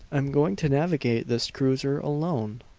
i'm going to navigate this cruiser alone!